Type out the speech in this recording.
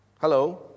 Hello